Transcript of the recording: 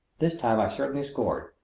this time i certainly scored.